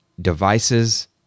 devices